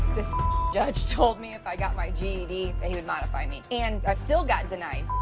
this judge told me if i got my ged that he would modify me, and i still got denied.